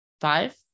five